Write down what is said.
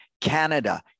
canada